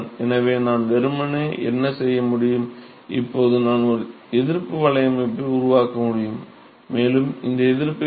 எனவே நான் வெறுமனே என்ன செய்ய முடியும் இப்போது நான் ஒரு எதிர்ப்பு வலையமைப்பை உருவாக்க முடியும் மேலும் இந்த எதிர்ப்பு என்ன